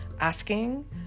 asking